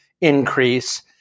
increase